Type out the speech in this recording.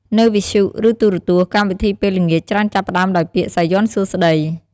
នៅវិទ្យុ ឬទូរទស្សន៍ កម្មវិធីពេលល្ងាចច្រើនចាប់ផ្តើមដោយពាក្យ "សាយ័ន្តសួស្តី"។